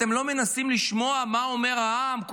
אתם לא מנסים לשמוע מה אומר העם?